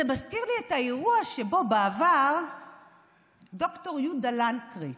זה מזכיר לי את האירוע שבו בעבר ד"ר יהודה לנקרי,